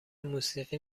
موسیقی